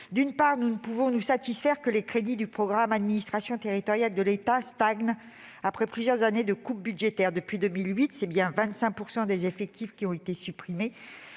D'une part, nous ne pouvons nous satisfaire que les crédits du programme « Administration territoriale de l'État » stagnent après plusieurs années de coupes budgétaires. Depuis 2008, ce sont 25 % des effectifs qui ont été supprimés.